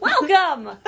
Welcome